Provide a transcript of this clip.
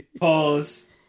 Pause